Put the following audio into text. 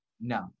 No